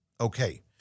Okay